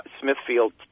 Smithfield